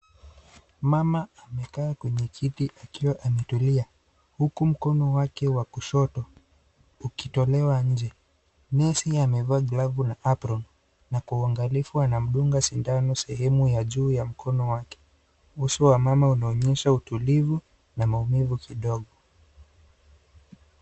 Mama amekaa kwenye kiti akiwa ametulia. Huku mkono wake wa kushoto ukitolewa nje. Nesi amevaa glavu na apron . Anamdunga sindano sehemu ya juu ya mkono wake. Uso wa mama unaonyesha utulivu na maumivu kidogo.